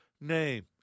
name